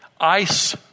Ice